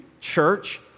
church